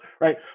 right